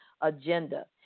agenda